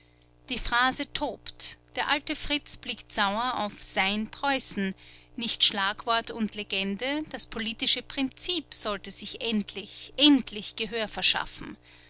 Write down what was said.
die phrase tobt der alte fritz blickt sauer auf sein preußen nicht schlagwort und legende das politische prinzip sollte sich endlich endlich gehör verschaffen